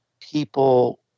people